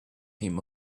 him